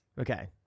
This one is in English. Okay